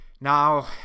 now